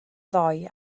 ddoe